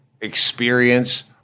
experience